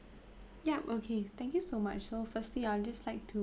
yup okay thank you so much so firstly I'd just like to